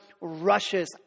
rushes